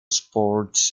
sports